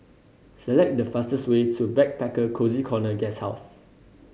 select the fastest way to Backpacker Cozy Corner Guesthouse